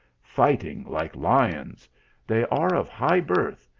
fighting like lions they are of high birth,